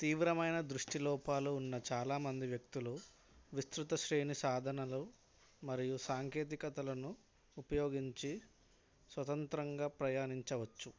తీవ్రమైన దృష్టి లోపాలు ఉన్న చాలా మంది వ్యక్తులు విస్తృత శ్రేణి సాధనలు మరియు సాంకేతికతలను ఉపయోగించి స్వతంత్రంగా ప్రయాణించవచ్చు